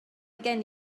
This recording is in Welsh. gen